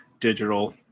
digital